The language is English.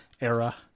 era